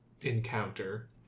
encounter